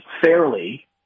fairly